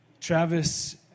Travis